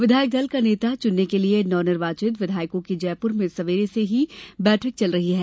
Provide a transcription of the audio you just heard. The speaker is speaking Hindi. विधायक दल का नेता चुनने के लिए नवनिर्वाचित विधायकों की जयपुर में सवेरे से ही बैठक चल रही है